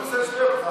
תקשיב.